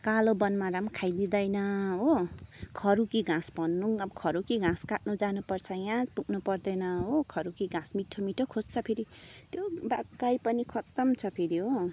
कालो बनमारा नि खाइदिँदैन हो खरुकी घाँस भन्नु पनि अब खरुकी घाँस काट्नु जानुपर्छ यहाँ पुग्नु पर्दैन हो खरुकी घाँस मिठो मिठो खोज्छ फेरि त्यो गाई पनि खत्तम छ फेरि हो